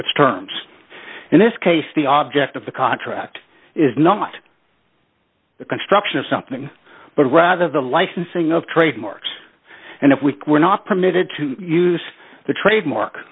terms in this case the object of the contract is not the construction of something but rather the licensing of trademarks and if we were not permitted to use the trademark